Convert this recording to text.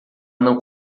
não